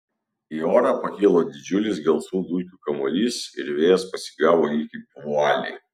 į orą pakilo didžiulis gelsvų dulkių kamuolys ir vėjas pasigavo jį kaip vualį